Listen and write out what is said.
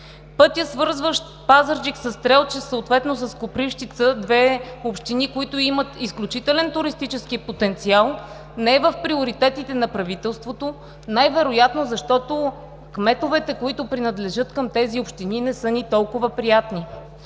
Пътят, свързващ Пазарджик със Стрелча, съответно с Копривщица – две общини, които имат изключително туристически потенциал, не е в приоритетите на правителството, защото най-вероятно кметовете, които принадлежат към тези общини, не са ни толкова приятни.